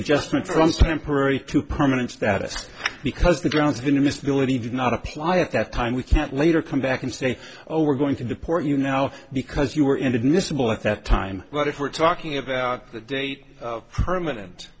adjustment from temporary to permanent status because the grounds in this villany did not apply at that time we can't later come back and say oh we're going to deport you now because you were in admissible at that time but if we're talking about the date permanent